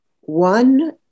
One